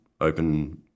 open